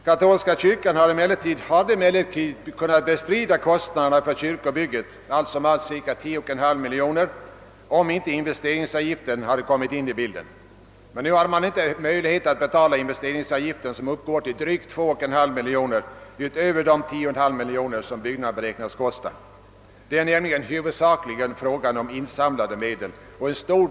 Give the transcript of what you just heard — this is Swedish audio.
Katolska kyrkan hade kunnat bestrida kostnaderna för kyrkobygget — allt som allt cirka 10,5 miljoner kronor — om inte investeringsavgiften hade kommit in i bilden. Nu har man inte möjlighet att betala denna avgift, som uppgår till drygt 2,5 miljoner utöver de 10,5 som byggnaden beräknas kosta. Det rör sig i huvudsak om insamlade medel.